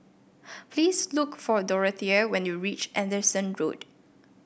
please look for Dorothea when you reach Anderson Road